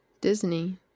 Disney